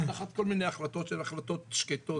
תחת כל מיני החלטות שהן החלטות שקטות,